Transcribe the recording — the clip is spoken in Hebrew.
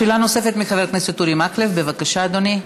שאלה נוספת לחבר הכנסת אורי מקלב, בבקשה, אדוני.